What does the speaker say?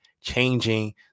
changing